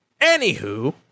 Anywho